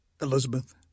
Elizabeth